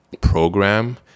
program